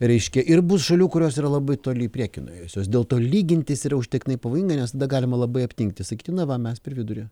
reiškia ir bus šalių kurios yra labai toli į priekį nuėjusios dėl to lygintis yra užtektinai pavojinga nes tada galima labai aptingti sakyti na va mes per vidurį